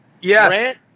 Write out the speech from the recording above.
yes